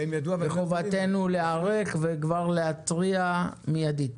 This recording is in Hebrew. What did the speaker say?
וחובתנו להיערך וכבר להתריע מיידית.